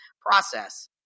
process